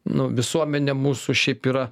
nu visuomenė mūsų šiaip yra